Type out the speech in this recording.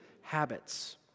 habits